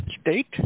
state